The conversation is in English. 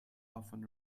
often